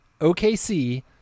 OKC